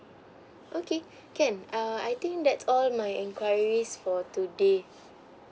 okay can err I think that's all my enquiries for today